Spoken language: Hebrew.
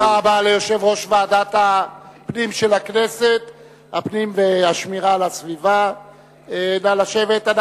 תודה רבה ליושב-ראש ועדת הפנים והשמירה על הסביבה של הכנסת.